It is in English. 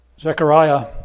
Zechariah